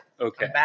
okay